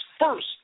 first